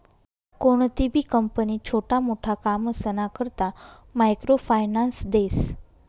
कोणतीबी कंपनी छोटा मोटा कामसना करता मायक्रो फायनान्स देस